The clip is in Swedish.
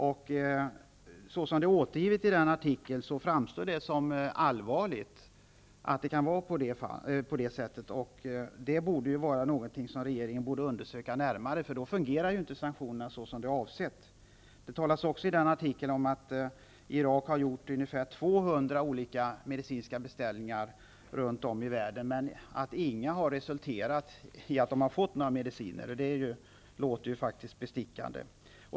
Detta framstår i artikeln som allvarligt. Regeringen borde undersöka saken närmare. Om det förhåller sig på detta sätt fungerar ju inte sanktionerna på det sätt som är avsett. Det talas i artikeln även om att Irak har gjort ungefär 200 medicinska beställningar runt om i världen, men inga har resulterat i några mediciner, vilket låter bestickande.